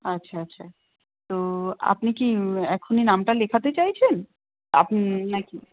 আচ্ছা আচ্ছা তো আপনি কি এক্ষুনি নামটা লেখাতে চাইছেন আপনি না কি